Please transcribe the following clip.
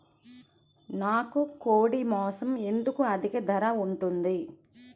నాకు కోడి మాసం ఎందుకు అధిక ధర ఉంటుంది?